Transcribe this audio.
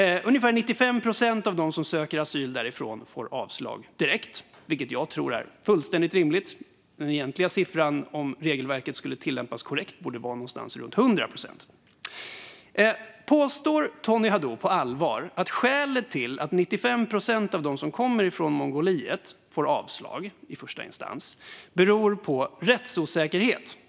Ungefär 95 procent av dem som söker asyl därifrån får avslag direkt, vilket jag tror är fullständigt rimligt. Den egentliga siffran, om regelverket skulle tillämpas korrekt, borde vara någonstans runt 100 procent. Påstår Tony Haddou på allvar att skälet till att 95 procent av dem som kommer från Mongoliet får avslag i första instans är rättsosäkerhet?